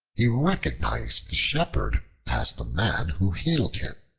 he recognized the shepherd as the man who healed him,